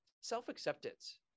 self-acceptance